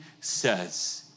says